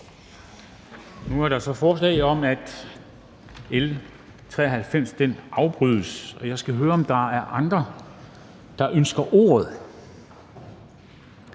om, at behandlingen af L 93 afbrydes, og jeg skal høre, om der er andre, der ønsker ordet.